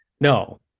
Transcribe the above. No